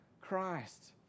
Christ